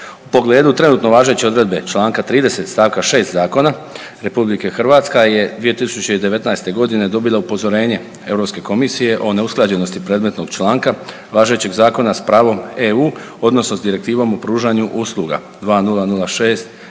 U pogledu trenutno važeće odredbe Članka 30. stavka 6. zakona RH je 2019. dobila upozorenje Europske komisije o neusklađenosti predmetnog članka važećeg zakona s pravom EU odnosno s Direktivom u pružanju usluga 2006/123